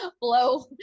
blow